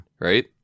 Right